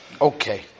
Okay